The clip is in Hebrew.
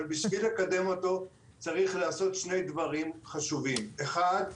אבל בשביל לקדם אותו צריך לעשות שני דברים חשובים: האחד,